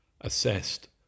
assessed